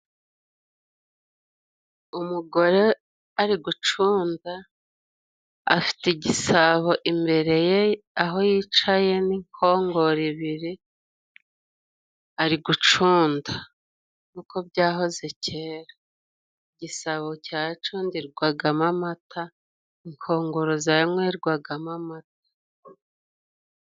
Umugore ari gucunda afite igisabo, imbere ye aho yicaye n'inkongoro ibiri ari gucunda nkuko byahoze kera, igisabo cyacundirwagamo amata inkongoro zanywerwagamo amata.